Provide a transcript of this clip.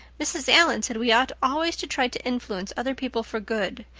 mrs. allan said we ought always to try to influence other people for good.